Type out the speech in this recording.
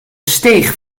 steeg